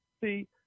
See